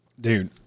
Dude